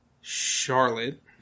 Charlotte